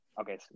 okay